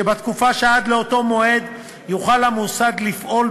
ובתקופה שעד אותו מועד יוכל המוסד לפעול,